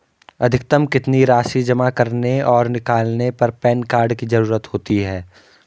अधिकतम कितनी राशि जमा करने और निकालने पर पैन कार्ड की ज़रूरत होती है?